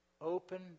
Open